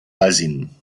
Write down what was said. buzzing